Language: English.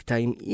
Time